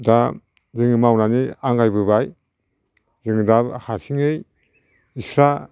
दा जों मावनानै आंगायबोबाय जों दा हारसिंयै स्रा